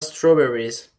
strawberries